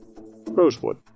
Rosewood